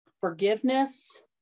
forgiveness